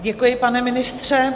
Děkuji, pane ministře.